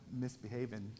misbehaving